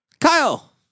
Kyle